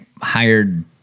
hired